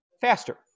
faster